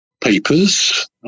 papers